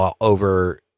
over